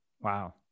wow